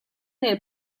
nel